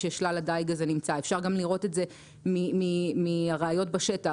כאשר שלל הדיג הזה נמצא אלא אפשר לראות את זה גם מהראיות בשטח,